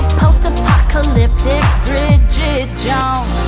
post-apocalyptic bridget jones.